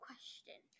Question